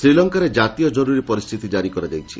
ଶ୍ରୀଲଙ୍କାରେ ଜାତୀୟ ଜରୁରୀ ପରିସ୍ଥିତି ଜାରି କରାଯାଇଛି